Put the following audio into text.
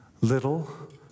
Little